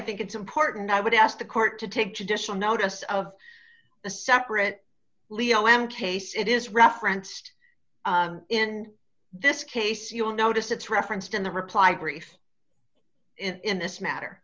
think it's important i would ask the court to take judicial notice of the separate leo m case it is referenced in this case you'll notice it's referenced in the reply grief in this matter